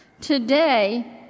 Today